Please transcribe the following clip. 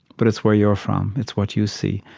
but it's where you're from. it's what you see.